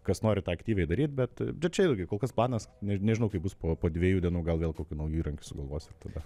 kas nori tą aktyviai daryt bet čia irgi kol kas planas ne nežinau kaip bus po po dviejų dienų gal vėl kokių naujų įrankių sugalvosiu ir tada